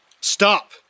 Stop